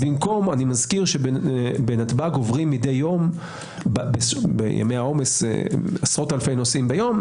במקום שבנתב"ג עוברים מדי יום בימי העומס עשרות-אלפי נוסעים ביום,